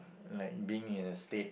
like being in a state